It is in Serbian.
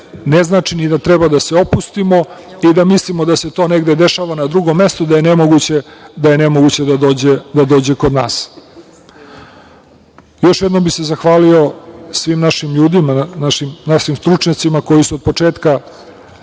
ne znači ni da treba da se opustimo i da mislimo da se to negde dešava na drugom mestu, da je nemoguće da dođe kod nas. Još jednom bih se zahvalio svim našim ljudima, našim stručnjacima koji su od početka